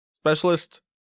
Specialist